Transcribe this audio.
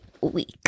Week